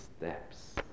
steps